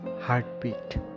heartbeat